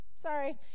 sorry